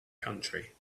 country